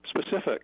specific